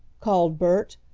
called bert,